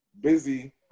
busy